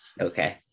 okay